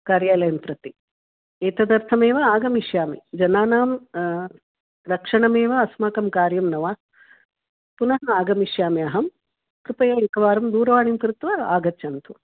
कार्यालयं प्रति एतदर्थमेव आगमिष्यामि जनानां रक्षणमेव अस्माकं कार्यं न वा पुनः आगमिष्यामि अहं कृपया एकवारं दूरवाणीं कृत्वा आगच्छन्तु